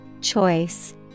Choice